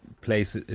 place